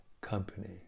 company